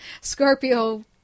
Scorpio